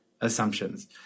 assumptions